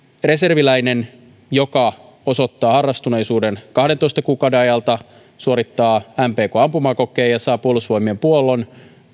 reserviläinen joka osoittaa harrastuneisuuden kahdentoista kuukauden ajalta suorittaa mpk ampumakokeen ja saa puolustusvoimien puollon